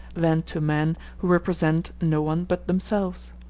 than to men who represent no one but themselves.